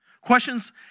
Questions